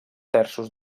terços